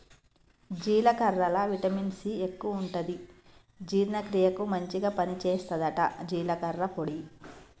జీలకర్రల vitamin C ఎక్కువుంటది జీర్ణ క్రియకు మంచిగ పని చేస్తదట జీలకర్ర పొడి